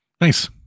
Nice